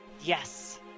Yes